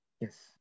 Yes